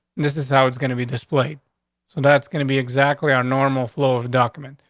this is how it's going to be displayed. so that's gonna be exactly are normal flow of document.